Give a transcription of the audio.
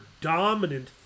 dominant